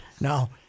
no